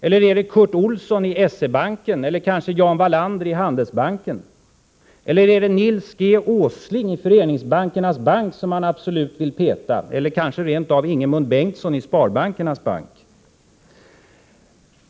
Eller är det Curt Olsson i S E-Banken, eller kanske Jan Wallander i Handelsbanken? Eller är det Nils G. Åsling i Föreningsbankernas Bank som man absolut vill peta? Eller är det kanske rent av Ingemund Bengtsson i Sparbankernas Bank?